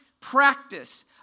practice